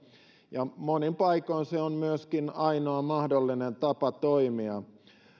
ja monin paikoin se on myöskin ainoa mahdollinen tapa toimia